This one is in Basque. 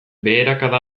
beherakada